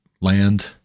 land